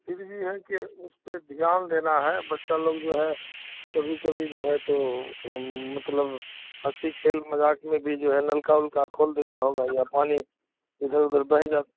پھر بھی ہے کہ اس پہ دھیان دینا ہے بچہ لوگ جو ہے کبھی کبھی جو ہے تو مطلب ہنسی کھیل مزاق میں بھی جو ہے نلکا ولکا کھول دیتا ہوگا یا پانی ادھر ادھر بہہ جا